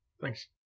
Thanks